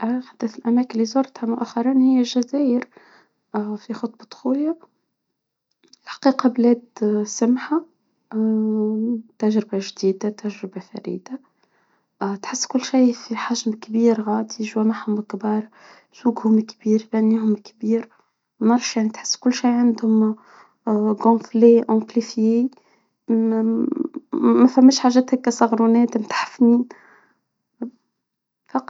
اه حتى في اماكن مؤخرا هي الجزائر اه في خطبة خويا. الحقيقة بلاد سمحة تجربة جديدة تجربة فريدة تحس كل شي في حجم كبير غاب في جوامعهم كبار. سوقهم كبير بانيهم كبير ما فهمت تحس كل شي عندهم ما فماش حاجة هاكا صغرو نادم تحصنين. فقط.